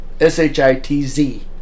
S-H-I-T-Z